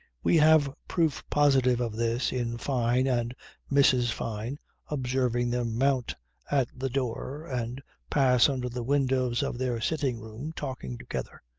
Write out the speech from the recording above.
we have proof positive of this in fyne and mrs. fyne observing them mount at the door and pass under the windows of their sitting-room, talking together,